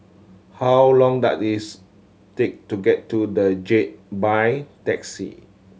how long does is take to get to The Jade by taxi